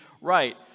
right